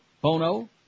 Bono